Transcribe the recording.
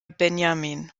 benjamin